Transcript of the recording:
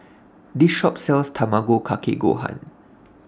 This Shop sells Tamago Kake Gohan